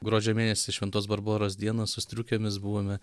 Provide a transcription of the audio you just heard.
gruodžio mėnesį šventos barboros dieną su striukėmis buvome